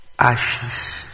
ashes